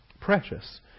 precious